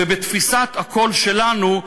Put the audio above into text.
ובתפיסת "הכול שלנו",